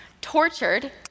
tortured